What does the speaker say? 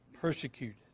persecuted